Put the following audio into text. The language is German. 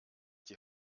die